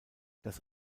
das